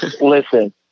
Listen